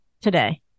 today